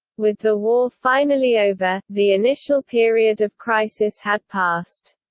with the war finally over, the initial period of crisis had passed.